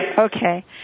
Okay